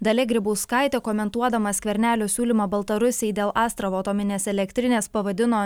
dalia grybauskaitė komentuodama skvernelio siūlymą baltarusijai dėl astravo atominės elektrinės pavadino